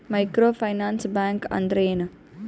Micro finance bank ಅಂದ್ರ ಏನು?